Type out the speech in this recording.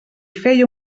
feia